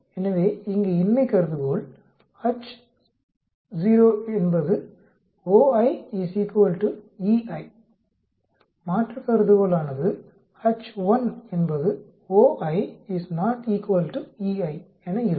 எனவே இங்கே இன்மை கருதுகோள் மாற்று கருதுகோளானதுஎன இருக்கும்